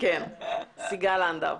אך ורק.